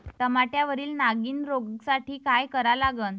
टमाट्यावरील नागीण रोगसाठी काय करा लागन?